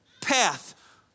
path